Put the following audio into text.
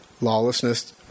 Lawlessness